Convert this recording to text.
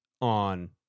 on